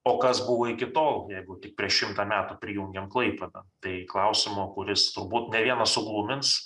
o kas buvo iki tol jeigu tik prieš šimtą metų prijungėm klaipėdą tai klausimu kuris turbūt ne vieną suglumins